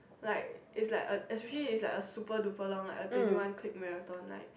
like is like a especially is like a super duper long like a twenty one click marathon like